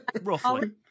roughly